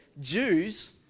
Jews